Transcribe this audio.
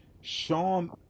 Sean